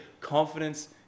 confidence